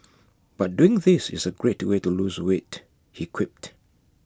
but doing this is A great way to lose weight he quipped